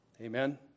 amen